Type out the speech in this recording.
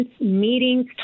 meetings